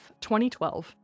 2012